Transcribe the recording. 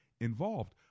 involved